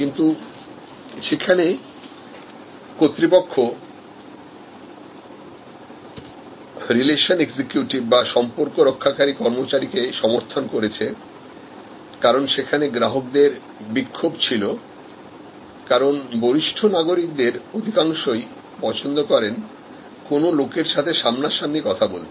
কিন্তু সেখানে কর্তৃপক্ষ সম্পর্ক রক্ষাকারী কর্মচারীকে সমর্থন করেছে কারণ সেখানে গ্রাহকদের বিক্ষোভ ছিল কারণ বরিষ্ঠ নাগরিক দের অধিকাংশই পছন্দ করে কোন লোকের সাথে সামনাসামনি কথা বলতে